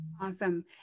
Awesome